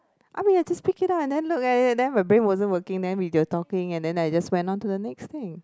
I mean you have to speak it out and then look at it then my brain wasn't working then we were talking and then I just went on to the next thing